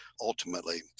ultimately